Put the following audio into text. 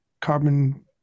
carbon-